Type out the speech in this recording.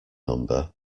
number